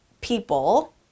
people